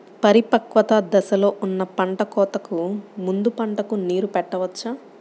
పరిపక్వత దశలో ఉన్న పంట కోతకు ముందు పంటకు నీరు పెట్టవచ్చా?